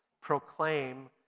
proclaim